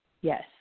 Yes